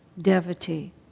devotee